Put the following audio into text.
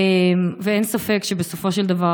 אין ספק שבסופו של דבר,